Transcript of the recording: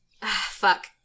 fuck